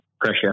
pressure